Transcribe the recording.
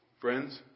Friends